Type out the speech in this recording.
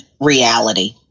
reality